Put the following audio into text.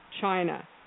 china